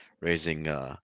raising